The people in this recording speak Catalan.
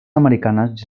americanes